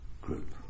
group